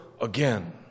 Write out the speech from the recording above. again